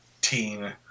teen